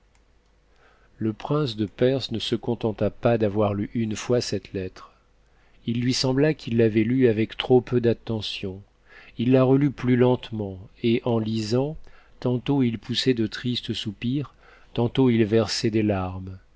le prince de perse ne se contenta pas d'avoir lu une fois cette lettre il lui sembla qu'il l'avait lue avec trop peu d'attention it l'a relut p us lentement et en lisant tantôt il poussait de tristes soupirs tantôt il versait des larmes